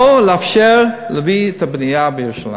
לא לאפשר את הבנייה לירושלים.